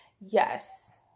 yes